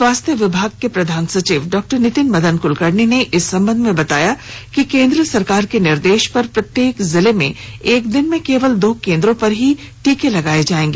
स्वास्थ्य विभाग के प्रधान सचिव डा नितिन कुलकर्णी ने इस संबध में बताया कि केन्द्र सरकार के निर्देश पर प्रत्येक जिले में एक दिन में केवल दो केन्द्रो पर ही टीकाकरण होगा